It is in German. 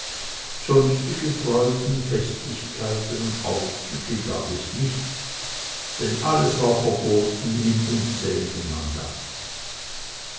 sonstige freuden festlichkeiten und aufzüge gab es nicht denn alles war verboten in unzähligen mandaten